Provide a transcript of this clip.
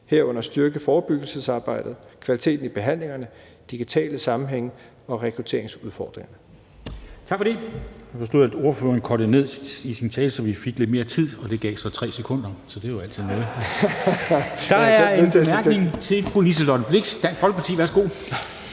herunder styrke forebyggelsesarbejdet, kvaliteten i behandlingerne, digitale sammenhænge og rekrutteringsudfordringer.«